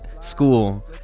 school